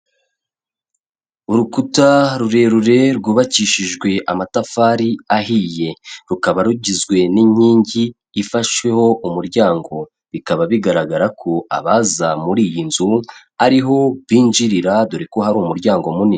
Urukuta rurerure rwubakishijwe amatafari ahiye, rukaba rugizwe n'inkingi ifashweho umuryango, bikaba bigaragara ko abaza muri iyi nzu ariho binjirira dore ko hari umuryango munini.